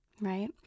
right